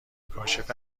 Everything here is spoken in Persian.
کاشف